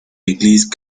église